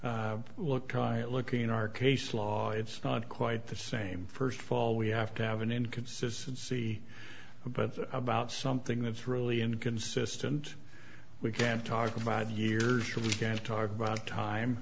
look at looking our case law it's not quite the same first fall we have to have an inconsistency but about something that's really inconsistent we can talk about years we can talk about time